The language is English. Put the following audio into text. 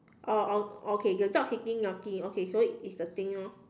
oh on okay the dog sitting nothing so it's the thing